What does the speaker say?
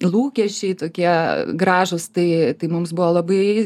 lūkesčiai tokie gražūs tai tai mums buvo labai